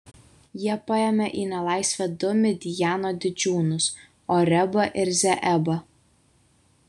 jie paėmė į nelaisvę du midjano didžiūnus orebą ir zeebą